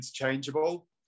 interchangeable